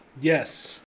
Yes